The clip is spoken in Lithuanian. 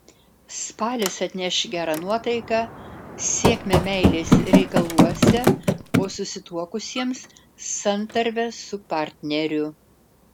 spalis atneš gerą nuotaiką sėkmę meilės reikaluose o susituokusiems santarvę su partneriu